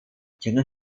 jangan